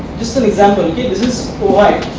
just an example this is ouhai,